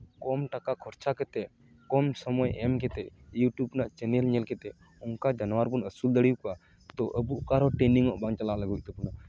ᱠᱚᱢ ᱴᱟᱠᱟ ᱠᱷᱚᱨᱪᱟ ᱠᱟᱛᱮᱫ ᱠᱚᱢ ᱥᱚᱢᱚᱭ ᱮᱢ ᱠᱟᱛᱮᱫ ᱤᱭᱩᱴᱩᱵᱽ ᱨᱮᱱᱟᱜ ᱪᱮᱱᱮᱞ ᱧᱮᱞ ᱠᱟᱛᱮᱫ ᱚᱱᱠᱟ ᱡᱟᱱᱣᱟᱨ ᱵᱚᱱ ᱟᱹᱥᱩᱞ ᱫᱟᱲᱮᱭᱟᱠᱚᱣᱟ ᱛᱳ ᱟᱵᱚ ᱚᱠᱟ ᱨᱮᱦᱚᱸ ᱴᱨᱮᱱᱤᱝ ᱚᱜ ᱵᱟᱝ ᱪᱟᱞᱟᱣ ᱞᱟᱜᱟ ᱦᱩᱭᱩᱜ ᱛᱟᱵᱚᱱᱟ